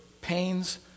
pains